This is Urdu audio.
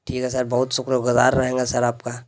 ٹھیک ہے سر بہت شکر گزار رہیں گے سر آپ کا